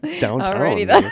Downtown